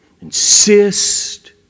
insist